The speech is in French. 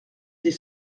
des